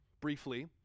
briefly